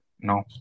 No